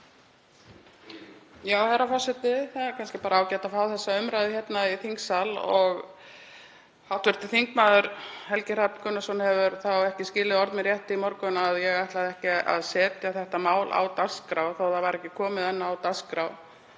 Herra forseti. Það er kannski bara ágætt að fá þessa umræðu hérna í þingsal. Hv. þm. Helgi Hrafn Gunnarsson hefur þá ekki skilið orð mín rétt í morgun, að ég ætlaði ekki að setja þetta mál á dagskrá þó að það væri ekki komið enn á dagskrá.